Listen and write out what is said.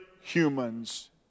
humans